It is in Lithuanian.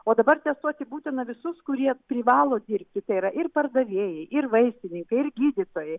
o dabar testuoti būtina visus kurie privalo dirbti tai yra ir pardavėjai ir vaistininkai ir gydytojai